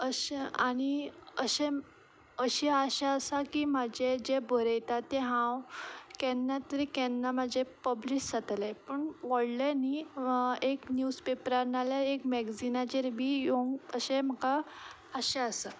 अशी आशा आसा की बरयता तें हांव केन्ना तरी केन्ना म्हाजें पब्लीश जातलें पूण व्हडलें न्हय एक निव्ज पेपरार ना जाल्यार एक मॅगजिनाचेर बी येवंक अशें म्हाका आशा आसा